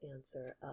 answer